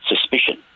suspicion